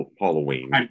Halloween